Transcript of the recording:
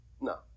no